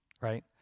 right